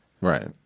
Right